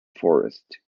forest